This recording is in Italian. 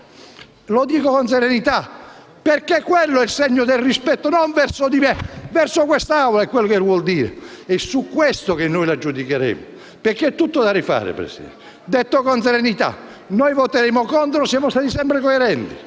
Lo dico con serenità, perché quello è un segno di rispetto, non verso di me, ma verso quest'Aula e quello che vuol dire ed è su questo che noi la giudicheremo, perché è tutto da rifare. Detto con serenità: noi voteremo contro questa fiducia.